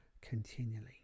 continually